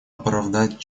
оправдать